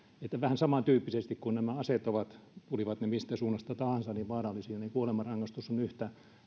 vähän samantyyppisesti kuin nämä aseet ovat vaarallisia tulivat ne mistä suunnasta tahansa on kuolemanrangaistus yhtä